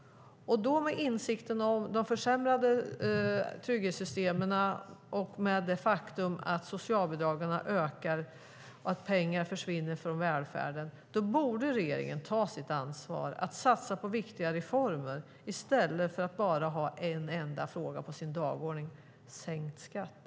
Med tanke på de försämrade trygghetssystemen och det faktum att socialbidragen ökar och att pengar försvinner från välfärden borde regeringen ta sitt ansvar och satsa på viktiga reformer i stället för att bara ha en enda fråga på sin dagordning - sänkt skatt.